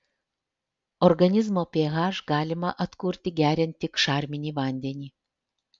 organizmo ph galima atkurti geriant tik šarminį vandenį